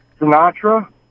Sinatra